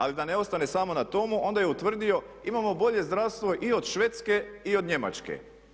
Ali da ne ostane samo na tome onda je utvrdio imamo bolje zdravstvo i od Švedske i od Njemačke.